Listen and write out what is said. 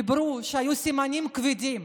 דיברו על כך שהיו סימנים כבדים.